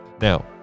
Now